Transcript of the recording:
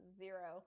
zero